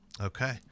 Okay